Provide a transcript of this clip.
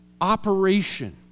operation